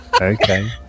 Okay